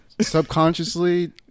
Subconsciously